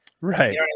Right